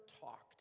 talked